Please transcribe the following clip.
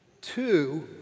Two